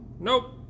Nope